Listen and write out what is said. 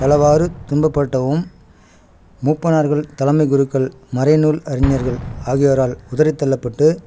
பலவாறு துன்பப்பட்டவும் மூப்பனார்கள் தலைமைக் குருக்கள் மறைநூல் அறிஞர்கள் ஆகியோரால் உதறித் தள்ளப்பட்டு